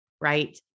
Right